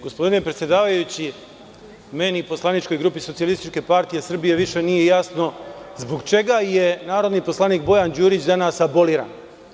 Gospodine predsedavajući, meni i poslaničkoj grupi SPS više nije jasno zbog čega je narodni poslanik Bojan Đurić danas aboliran?